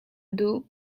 duh